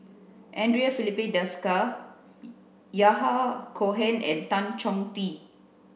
Andre Filipe Desker Yahya Cohen and Tan Chong Tee